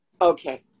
Okay